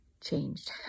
changed